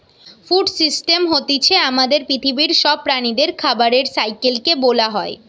food system হতিছে আমাদের পৃথিবীর সব প্রাণীদের খাবারের সাইকেল কে বোলা হয়